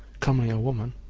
commonly a woman,